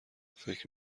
فکر